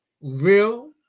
real